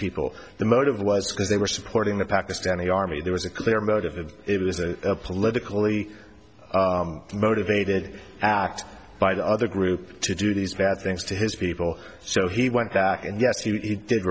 people the motive was because they were supporting the pakistani army there was a clear motive and it was a politically motivated act by the other group to do these bad things to his people so he went back and yes he did